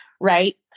right